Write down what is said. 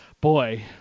boy